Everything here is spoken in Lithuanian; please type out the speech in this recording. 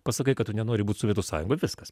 pasakai kad tu nenori būt sovietų sąjungoj viskas